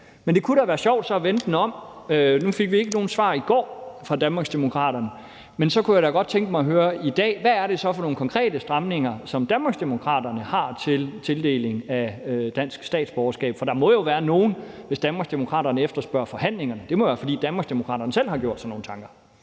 Men det kunne være sjovt at vende den om. Nu fik vi ikke nogen svar fra Danmarksdemokraterne i går, men så kunne jeg da godt tænke mig at høre i dag: Hvad er det for nogle konkrete stramninger, som Danmarksdemokraterne gerne vil have i forhold til tildeling af dansk statsborgerskab? For der må jo være nogle, hvis Danmarksdemokraterne efterspørger forhandlinger. Det må være, fordi Danmarksdemokraterne selv har gjort sig nogle tanker.